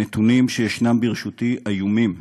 הנתונים שישנם ברשותי איומים.